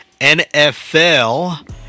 nfl